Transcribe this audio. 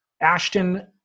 Ashton